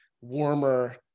warmer